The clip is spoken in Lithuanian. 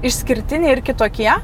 išskirtiniai ir kitokie